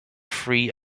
free